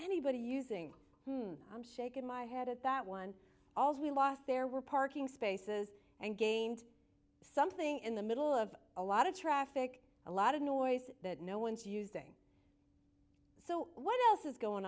anybody using i'm shaking my head at that one also we lost there were parking spaces and gained something in the middle of a lot of traffic a lot of noise that no one's using so what else is going